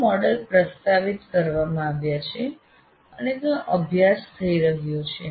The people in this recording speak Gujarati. ઘણા મોડેલ પ્રસ્તાવિત કરવામાં આવ્યા છે અને તેનો અભ્યાસ થઇ રહ્યો છે